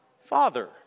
father